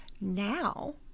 now